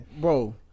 bro